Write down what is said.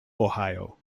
ohio